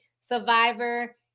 survivor